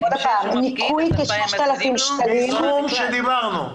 הסכום שדיברנו.